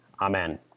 Amen